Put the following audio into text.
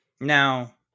Now